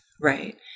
right